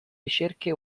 ricerche